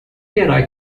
terá